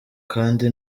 kandi